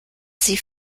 sie